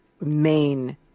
main